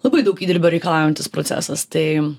labai daug įdirbio reikalaujantis procesas tai